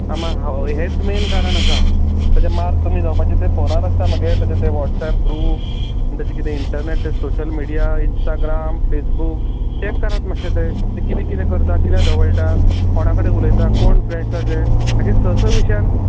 मागीर हेंच मेन कारण आसा ताजे मार्क कमी जावपाचे ते फोनार आसता मगे तेजो तो वॉट्सअेप ग्रुप आनी तेजे कितें ते internet social media Instagram Facebook check करात मातशें ते तें कितें कितें करता कितें ढवळटा कोणा कडेन उलयतां कोण फ्रेंडस ताजे आनी स स विशयान